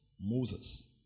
Moses